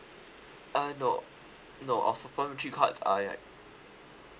uh no no our supplementary cards are at